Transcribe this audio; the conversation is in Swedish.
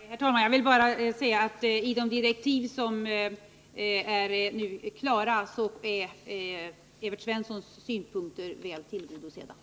Herr talman! Jag vill bara säga att i de direktiv som nu är utarbetade är Evert Svenssons synpunkter väl tillgodosedda.